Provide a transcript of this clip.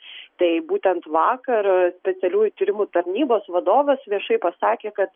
tai būtent vakar specialiųjų tyrimų tarnybos vadovas viešai pasakė kad